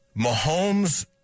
Mahomes